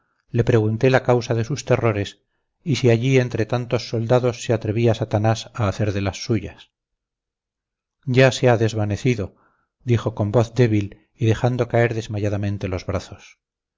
le pregunté la causa de sus terrores y si allí entre tantos soldados se atrevía satanás a hacer de las suyas ya se ha desvanecido dijo con voz débil y dejando caer desmayadamente los brazos